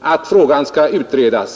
att frågan skall utredas.